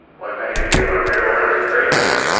like many of you i'm here to learn from greatness.